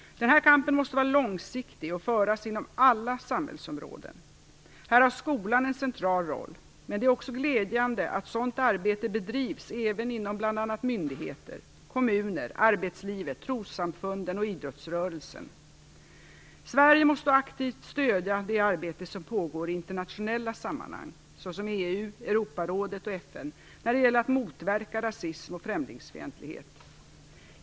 Denna kamp måste vara långsiktig och föras inom alla samhällsområden. Här har skolan en central roll men det är också glädjande att sådant arbete bedrivs även inom bl.a. myndigheter, kommuner, arbetslivet, trossamfunden och idrottsrörelsen. Sverige måste också aktivt stödja det arbete som pågår i internationella sammanhang - såsom EU, Europarådet och FN - när det gäller att motverka rasism och främlingsfientlighet.